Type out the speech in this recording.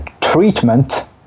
treatment